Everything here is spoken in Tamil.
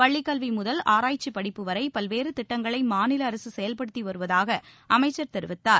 பள்ளிக் கல்வி முதல் ஆராய்ச்சிப் படிப்புவரை பல்வேறு திட்டங்களை மாநில அரசு செயல்படுத்தி வருவதாக அமைச்சர் தெரிவித்தார்